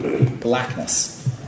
blackness